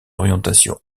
orientation